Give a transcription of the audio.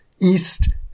East